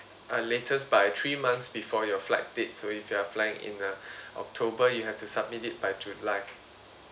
uh latest by three months before your flight dates so if you're flying in uh october you have to submit it by july